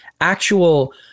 actual